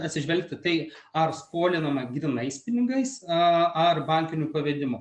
atsižvelgti tai ar skolinama grynais pinigais a ar bankiniu pavedimu